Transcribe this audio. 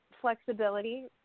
flexibility